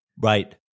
right